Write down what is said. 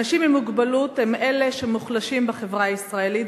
אנשים עם מוגבלות הם אלה שמוחלשים בחברה הישראלית,